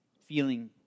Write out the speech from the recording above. feeling